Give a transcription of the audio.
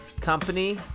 Company